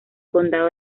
condado